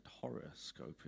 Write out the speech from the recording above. horoscope